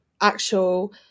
actual